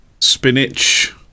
spinach